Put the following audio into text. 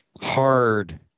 hard